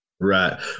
Right